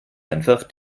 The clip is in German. einfach